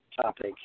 topic